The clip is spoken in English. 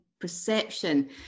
perception